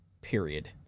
Period